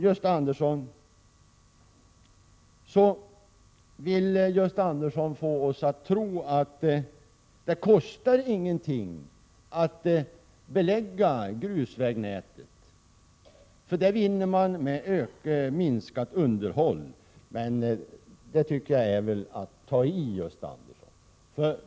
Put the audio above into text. Gösta Andersson vill få oss att tro att det inte kostar någonting att belägga grusvägnätet, därför att kostnaderna för underhållet därmed minskar. Det är väl att ta i, Gösta Andersson.